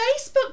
Facebook